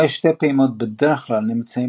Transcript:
מנועי שתי פעימות בדרך כלל נמצאים